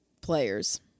players